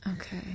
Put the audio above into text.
Okay